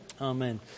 Amen